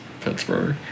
Pittsburgh